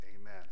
amen